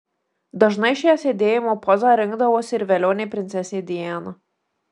dažnai šią sėdėjimo pozą rinkdavosi ir velionė princesė diana